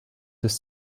des